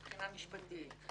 מבחינה משפטית,